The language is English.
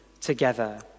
together